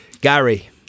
Gary